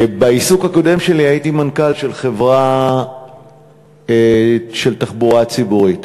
בעיסוק הקודם שלי הייתי מנכ"ל חברה של תחבורה ציבורית.